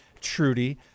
Trudy